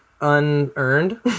unearned